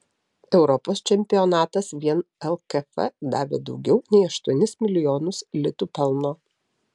europos čempionatas vien lkf davė daugiau nei aštuonis milijonus litų pelno